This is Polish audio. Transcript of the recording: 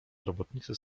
robotnicy